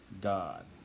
God